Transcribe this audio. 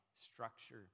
structure